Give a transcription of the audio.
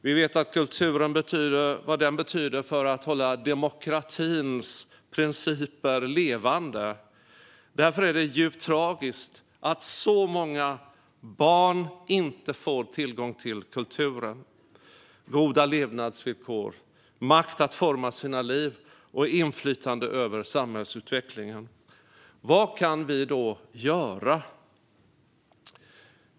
Vi vet vad kulturen betyder för att hålla demokratins principer levande. Därför är det djupt tragiskt att så många barn inte får tillgång till kultur, goda levnadsvillkor, makt att forma sina liv och inflytande över samhällsutvecklingen. Vad kan vi då göra?